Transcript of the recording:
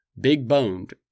big-boned